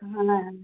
হ্যাঁ